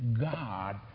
God